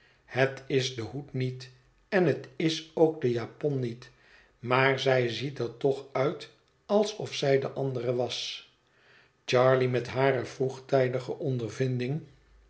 het is de hoed niet en het is ook de japon niet maar zij ziet er toch uit alsof zij de andere was charley met hare vroegtijdige ondervinding